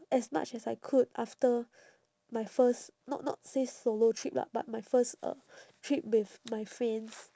as much as I could after my first not not say solo trip lah but my first uh trip with my friends